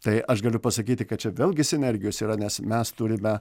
tai aš galiu pasakyti kad čia vėlgi sinergijos yra nes mes turime